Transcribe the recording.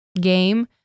game